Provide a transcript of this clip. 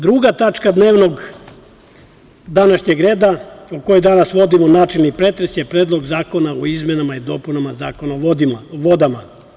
Druga tačka današnjeg dnevnog reda, o kojoj danas vodimo načelni pretres, jeste Predlog zakona o izmenama i dopunama Zakona o vodama.